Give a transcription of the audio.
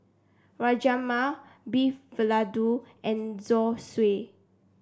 Rajma Beef Vindaloo and Zosui